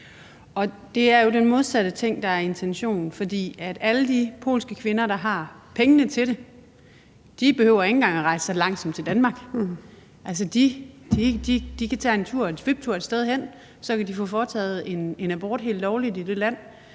og det er jo den modsatte ting, der er intentionen. For alle de polske kvinder, der har pengene til det, behøver ikke engang at rejse så langt som til Danmark; altså, de kan tage en sviptur et sted hen, og så kan de få foretaget en abort helt lovligt i det land,